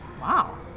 Wow